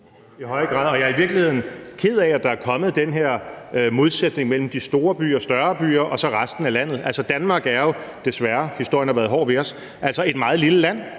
jeg er i virkeligheden ked af, at der er kommet den her modsætning mellem de store byer og større byer og så resten af landet. Danmark er jo – desværre,